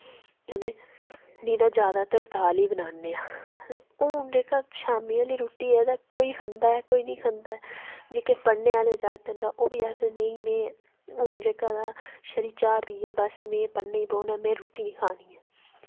ते निं तां जैदातर दाल ई बनान्ने आं ते हून जेह्का शामीं आह्ली रुट्टी ऐ ते कोई खंदा ऐ कोई निं खंदा ऐ जेह्के पढ़ने आह्ले जागत न तां ओह् बी आखदे नेईं में हून जेह्का तां छड़ी चाह् पीह्यै बस में पढ़ने बौह्ना में रुट्टी निं खानी ऐ